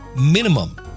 minimum